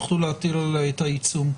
תוכלו להטיל עליה את העיצום.